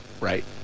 right